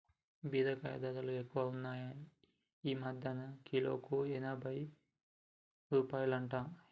బీరకాయ ధరలు ఎక్కువున్నాయ్ ఈ మధ్యన కిలోకు ఎనభై రూపాయలట